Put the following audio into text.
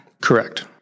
Correct